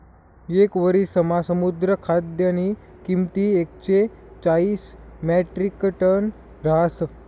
येक वरिसमा समुद्र खाद्यनी किंमत एकशे चाईस म्याट्रिकटन रहास